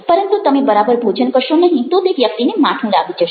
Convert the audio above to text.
પરંતુ તમે બરાબર ભોજન કરશો નહિ તો તે વ્યક્તિને માઠું લાગી જશે